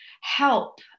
help